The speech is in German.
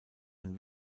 ein